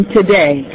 today